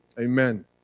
Amen